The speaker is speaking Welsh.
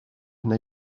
neu